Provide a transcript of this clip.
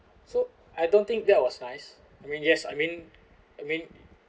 so I don't think that was nice I mean yes I mean I mean